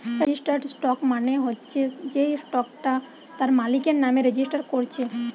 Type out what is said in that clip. registered stock মানে হচ্ছে যেই স্টকটা তার মালিকের নামে রেজিস্টার কোরছে